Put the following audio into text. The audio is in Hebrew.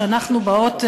שאנחנו באות,